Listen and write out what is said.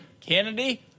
Kennedy